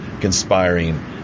conspiring